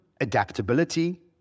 adaptability